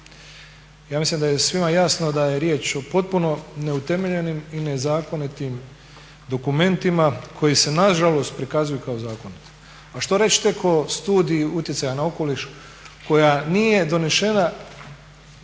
Ja mislim da je svima jasno o potpuno neutemeljenim i nezakonitim dokumentima koji se nažalost prikazuju kao zakoni. A što reći tek o studiji utjecaja na okoliš koja nije donešena